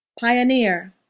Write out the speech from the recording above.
Pioneer